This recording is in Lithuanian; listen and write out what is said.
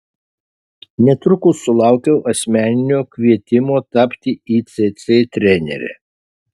netrukus sulaukiau asmeninio kvietimo tapti icc trenere